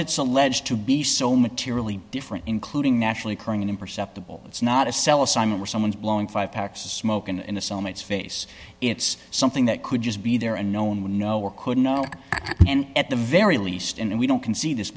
it's alleged to be so materially different including nationally occurring in perceptible it's not a cell assignment or someone's blowing five packs of smoke in a cell mates face it's something that could just be there and no one would know or could know and at the very least and we don't can see this